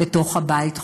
בתוך הבית,